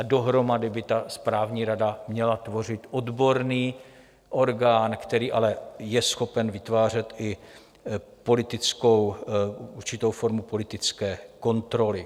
Dohromady by ta správní rada měla tvořit odborný orgán, který ale je schopen vytvářet i určitou formu politické kontroly.